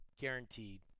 guaranteed